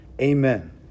Amen